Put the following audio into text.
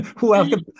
Welcome